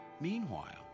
Meanwhile